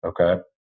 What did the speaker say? Okay